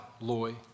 Loy